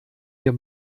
wir